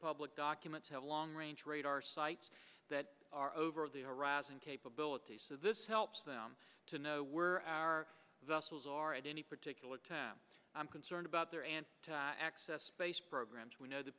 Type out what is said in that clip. public documents have long range radar sites that are over the horizon capability so this helps them to know where our vessels are at any particular time i'm concerned about their and access space programs we know the